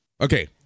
Okay